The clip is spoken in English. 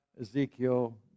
Ezekiel